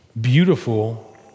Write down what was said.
beautiful